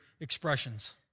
expressions